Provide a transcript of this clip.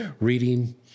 reading